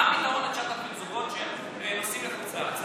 מה הפתרון ל-9,000 זוגות שנוסעים לחוץ לארץ?